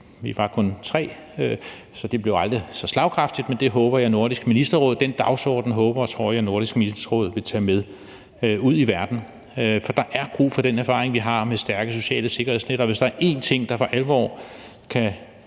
Vi var kun tre, så det blev aldrig så slagkraftigt, men jeg håber og tror, at Nordisk Ministerråd vil tage den dagsorden med ud i verden. For der er brug for den erfaring, vi har med stærke sociale sikkerhedsnet, og hvis der én ting, der for alvor kan